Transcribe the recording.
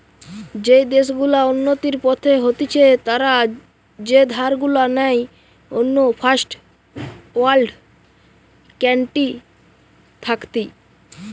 যেই দেশ গুলা উন্নতির পথে হতিছে তারা যে ধার গুলা নেই অন্য ফার্স্ট ওয়ার্ল্ড কান্ট্রি থাকতি